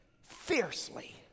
fiercely